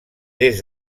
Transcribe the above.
des